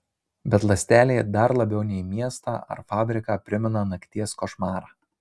bet ląstelė dar labiau nei miestą ar fabriką primena nakties košmarą